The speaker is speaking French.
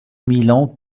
milan